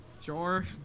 sure